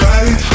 Right